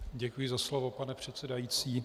Děkuji za slovo, pane předsedající.